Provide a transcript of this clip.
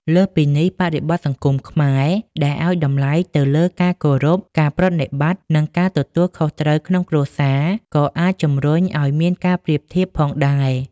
លើសពីនេះ បរិបទសង្គមខ្មែរដែលឲ្យតម្លៃទៅលើការគោរព ការប្រណិប័តន៍ និងការទទួលខុសត្រូវក្នុងគ្រួសារ ក៏អាចជំរុញឲ្យមានការប្រៀបធៀបផងដែរ។